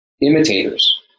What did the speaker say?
imitators